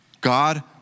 God